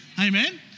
Amen